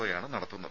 ഒയാണ് നടത്തുന്നത്